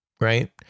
right